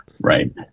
right